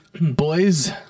boys